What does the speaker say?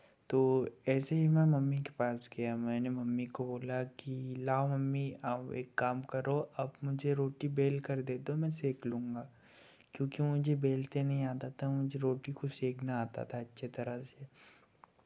तो ऐसे ही मैं मम्मी के पास गया मैंने मम्मी को बोला कि लाओ मम्मी आप एक काम करो आप मुझे रोटी बेलकर दे दो मैं सेक लूँगा क्योंकि मुझे बेलते नहीं आता था मुझे रोटी को सेकना आता था अच्छी तरह से